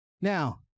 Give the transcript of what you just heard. Now